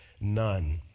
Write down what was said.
none